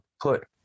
put